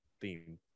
theme